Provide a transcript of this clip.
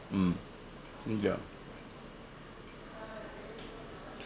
mm mm yup